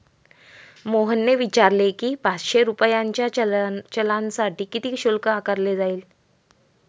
मोहनने विचारले की, पाचशे रुपयांच्या चलानसाठी किती शुल्क आकारले जाईल?